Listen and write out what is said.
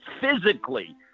physically